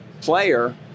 player